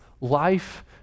life